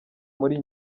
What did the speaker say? muri